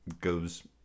goes